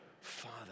Father